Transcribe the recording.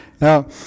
Now